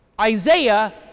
Isaiah